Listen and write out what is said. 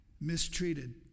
mistreated